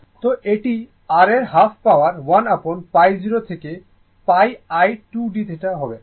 তো এটি r এর হাফ পাওয়ার 1 upon π0 থেকে πi2dθ